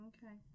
Okay